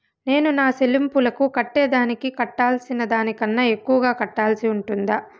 నేను నా సెల్లింపులకు కట్టేదానికి కట్టాల్సిన దానికన్నా ఎక్కువగా కట్టాల్సి ఉంటుందా?